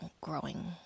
growing